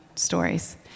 Stories